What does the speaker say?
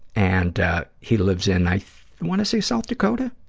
and he lives in, i want to say south dakota,